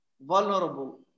vulnerable